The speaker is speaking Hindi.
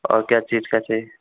और क्या चीज़ का चाहिए